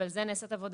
אבל על זה נעשית עבודה.